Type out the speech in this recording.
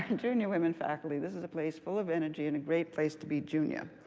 and junior women faculty this is a place full of energy and a great place to be junior.